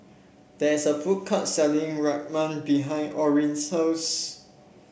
there is a food court selling Rajma behind Orrin's house